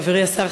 חברי השר,